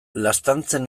laztantzen